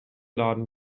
laden